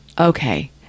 okay